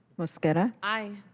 mosqueda. aye.